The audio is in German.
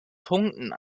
punkten